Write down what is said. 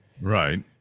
Right